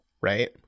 right